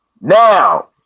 Now